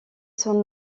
son